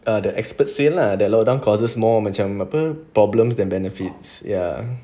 the experts say lah the lockdown causes more macam apa problems than benefits ya